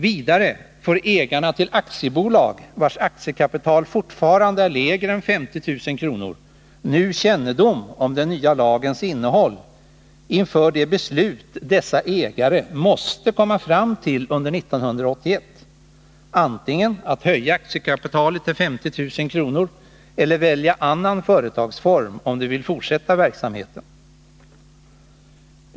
Vidare får ägarna till aktiebolag, vars aktiekapital fortfarande är mindre än 50 000 kr., nu kännedom om den nya lagens innehåll inför de beslut dessa ägare måste komma fram till under 1981: antingen att höja aktiekapitalet till 50 000 kr. eller att välja annan företagsform, om de vill fortsätta verksamheten.